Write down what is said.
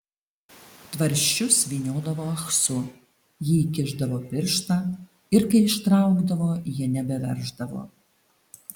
tvarsčius vyniodavo ahsu ji įkišdavo pirštą ir kai ištraukdavo jie nebeverždavo